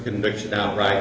conviction not right